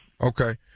Okay